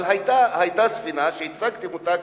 אבל היתה ספינה שהצגתם אותה